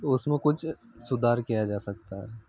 तो उसमें कुछ सुधार किया जा सकता है